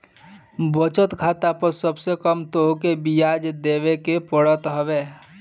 बचत खाता पअ सबसे कम तोहके बियाज देवे के पड़त हवे